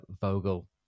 Vogel